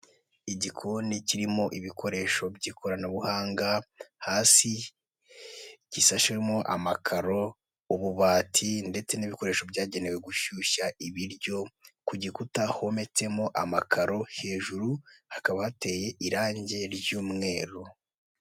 Igikoni kirimo ibikoresho by'ikoranabuhanga hasi gisashimo amakaro, ububati ndetse n'ibikoresho byagenewe gushyushya ibiryo, ku gikuta hometsemo amakaro, hejuru hakaba hateye irange ry'umweru.